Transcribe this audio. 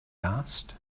asked